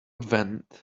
vent